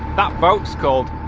that boats called.